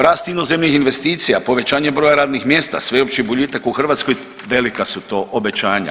Rast inozemnih investicija, povećanje broja radnih mjesta, sveopći boljitak u Hrvatskoj, velika su to obećanja.